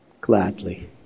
gladly